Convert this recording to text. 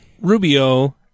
Rubio